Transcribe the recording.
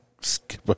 skip